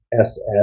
SS